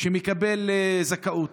מקבל זכאות.